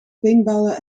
paintballen